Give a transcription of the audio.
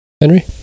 Henry